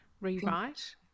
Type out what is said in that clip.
rewrite